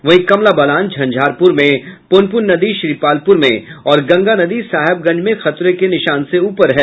वहीं कमलाबलान झंझारपुर में पुनपुन नदी श्रीपालपुर में और गंगा नदी साहेबगंज में खतरे के निशान से ऊपर है